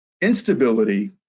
instability